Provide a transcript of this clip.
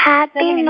Happy